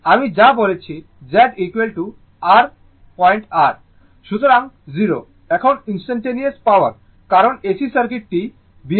আমি যা বলেছি Z R R অ্যাঙ্গেল 0 এখন ইনস্টানটানেওয়াস পাওয়ার কারণ AC সার্কিট ti বিয়ারিং